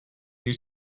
you